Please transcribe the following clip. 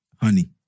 Honey